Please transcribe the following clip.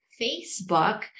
Facebook